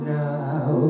now